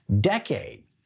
decade